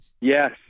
Yes